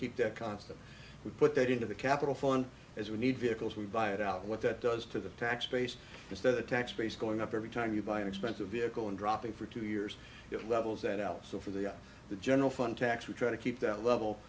keep debt constant we put that into the capital fund as we need vehicles we buy it out what that does to the tax base is that the tax base going up every time you buy an expensive vehicle and dropping for two years it levels and out so for the the general fund tax we try to keep that level